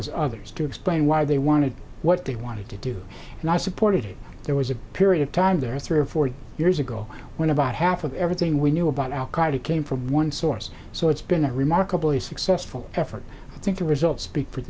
as others to explain why they wanted what they wanted to do and i supported it there was a period of time there three or four years ago when about half of everything we knew about al qaeda came from one source so it's been a remarkably successful effort i think the results speak for